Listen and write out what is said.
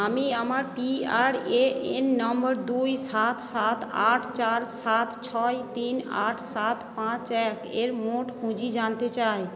আমি আমার P R A N নম্বর দুই সাত সাত আট চার সাত ছয় তিন আট সাত পাঁচ এক এর মোট পুঁজি জানতে চাই